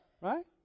right